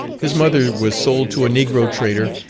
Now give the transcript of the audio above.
his mother was sold to a negro trader,